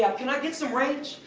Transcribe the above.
can i get some ranch,